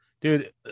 Dude